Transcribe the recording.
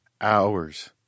hours